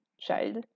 child